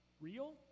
real